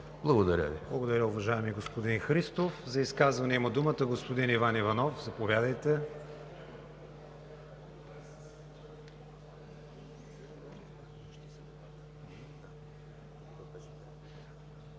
ВИГЕНИН: Благодаря, уважаеми господин Христов. За изказване има думата господин Иван Иванов. Заповядайте.